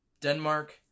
Denmark